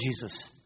Jesus